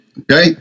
Okay